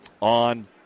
on